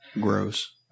Gross